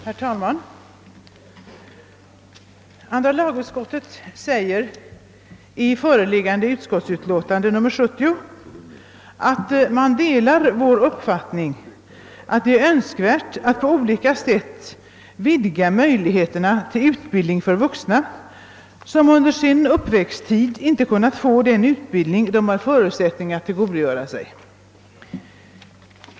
Herr talman! Andra lagutskottet förklarar i förevarande utlåtande, nr 70, att utskottet delar den uppfattning som vi motionärer givit uttryck åt i motionen II: 251, att det är önskvärt att man på olika sätt vidgar möjligheterna till utbildning för vuxna som under sin uppväxttid inte kunnat få den utbildning de har förutsättning att tillgodogöra sig.